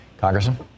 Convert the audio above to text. Congressman